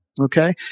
Okay